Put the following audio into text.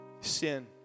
sin